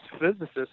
physicists